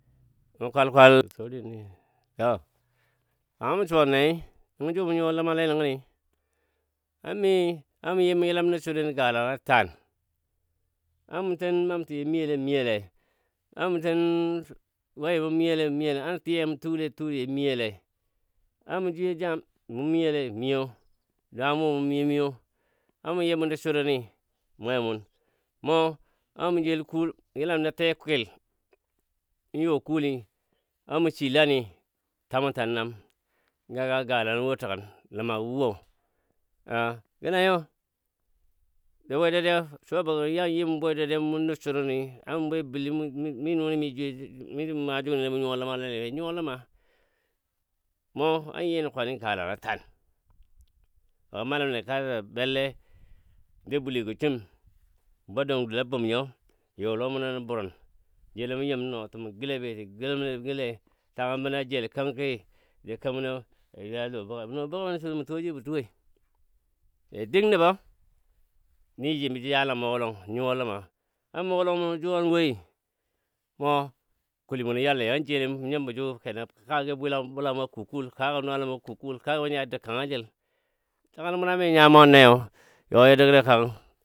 kanga məsuwan ne nəngɔ nəngɔ ju mɔ nyuwa ləma le nəngɔni na minyi na muyimi mɔ yilam nə suruni galan na tan a ten mam tə you miyo le miyole mu yəlam nə suruni galana tan na mu ten mam tə yole miyole a mɔ ten we mɔ miyole a tiya mɔ tuu le tuu miyole a mu jwiyo jam mu miyole miyo dwam wo mɔ miyo miyo a muyim mɔ nəsuruni mwe mɔn mɔ a mɔ jelkul yəlam nə telkwil mu yo kuli a mushi lani tamunta nam ga ga galano wo təgən ləmgɔ wo gə nanyo bwe dadiya suwa bo gə ya yim bwedadiya mɔ nəsuruni an mɔ bwe bəli mi nuni mi jwiyo misə mɔma juni mɔ nyuwa ləma le nəni be nyuwa ləma mɔ an yi nə kwani galana tan be ka maləmle kata belle dou bule go sum bwa dwang dəla bumnyo you lɔ munɔ nən burin mu jel mu nyim nɔɔtəmə gəle beti gəlɔ gəle tangən bəna ja kənki be kaməno ya a lɔ buge mə nɔɔ bugə mə le sul mɔ tuwo ji bo tuwoi be dən nəbo nəji jəjalən a mugɔ lɔng nyuwa ləma a mugɔ lɔng mɔno juwanɔ wai mɔ kuli munɔ yal le an jeli munyimbɔ ju kena kake bwila bula mɔ kuu kul kage nɔɔlamɔ kuu kul ka be nya a dəg kangə jəl, səgan munɔ a mi nya mwanneyo you ya dəg dəg kang